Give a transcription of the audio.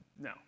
No